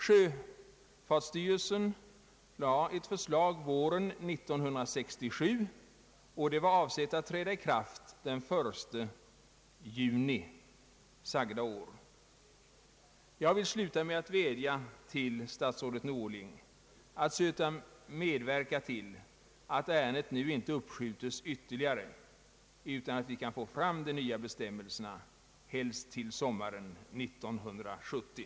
Sjöfartsstyrelsen framlade ett förslag våren 1967 avseti att träda i kraft den 1 juni sagda år. Jag vill avsluta mitt anförande med att vädja till statsrådet Norling att söka medverka till att ärendet nu inte uppskjutes ytterligare, utan att vi kan få fram de nya bestämmelserna, helst till sommaren 1970.